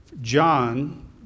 John